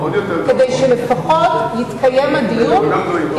כדי שלפחות יתקיים הדיון,